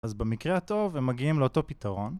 אז במקרה הטוב הם מגיעים לאותו פתרון